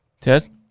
test